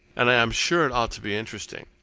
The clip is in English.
and i am sure it ought to be interesting.